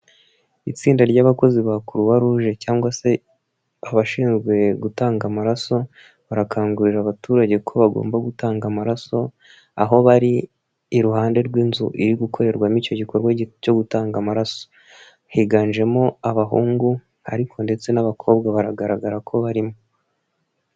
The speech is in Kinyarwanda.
Itsinda ry'abakozi ba Croix rouge cyangwa se abashinzwe gutanga amaraso, barakangurira abaturage ko bagomba gutanga amaraso aho bari, iruhande rw'inzu iri gukorerwamo icyo gikorwa cyo gutanga amaraso, higanjemo abahungu ariko ndetse n'abakobwa baragaragara ko barimo.